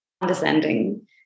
condescending